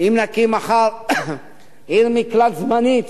אם נקים מחר עיר מקלט זמנית